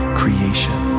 creation